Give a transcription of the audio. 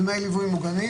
דמי הליווי מוגנים.